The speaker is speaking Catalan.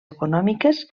econòmiques